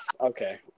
okay